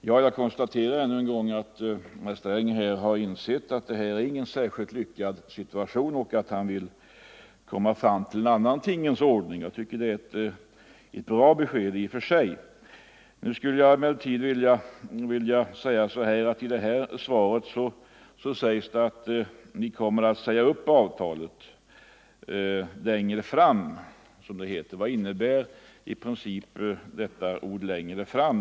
Herr talman! Jag konstaterar ännu en gång att herr Sträng har insett att den nuvarande situationen inte är särskilt lyckad och att han därför vill komma fram till en annan tingens ordning. Jag tycker det är ett bra besked i och för sig. Finansministern framför i sitt svar att avtalet kommer att sägas upp. Vad innebär i realiteten uttrycket ”längre fram”?